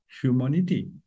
humanity